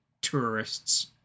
tourists